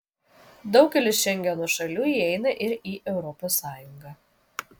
daugelis šengeno šalių įeina ir į europos sąjungą